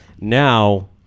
Now